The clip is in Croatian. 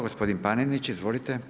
Gospodin Panenić, izvolite.